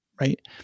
Right